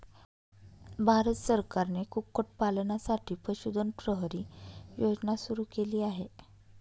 भारत सरकारने कुक्कुटपालनासाठी पशुधन प्रहरी योजना सुरू केली आहे